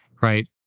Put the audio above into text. right